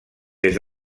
des